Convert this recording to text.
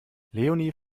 leonie